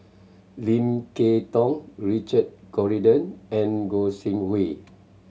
Lim Kay Tong Richard Corridon and Gog Sing Hooi